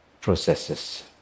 processes